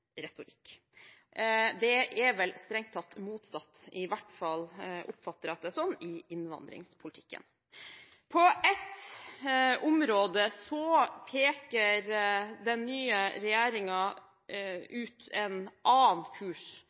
retorikk. Det er vel strengt tatt motsatt, i hvert fall oppfatter jeg at det er sånn i innvandringspolitikken. På ett område peker den nye regjeringen ut en annen kurs